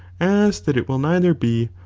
as that it will neither be,